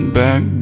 back